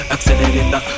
Accelerate